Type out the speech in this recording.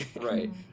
Right